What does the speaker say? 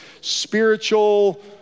spiritual